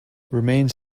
remains